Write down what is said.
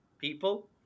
people